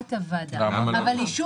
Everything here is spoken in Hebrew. לידיעת הוועדה.